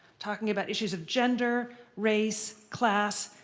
talking about issues of gender, race, class,